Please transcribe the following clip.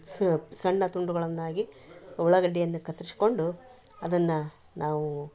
ಸ ಸಣ್ಣ ತುಂಡುಗಳನ್ನಾಗಿ ಉಳ್ಳಾಗಡ್ಡಿಯನ್ನ ಕತ್ತರ್ಶ್ಕೊಂಡು ಅದನ್ನ ನಾವು